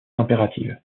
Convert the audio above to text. impérative